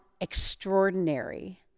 extraordinary